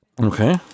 Okay